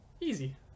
Easy